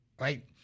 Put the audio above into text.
Right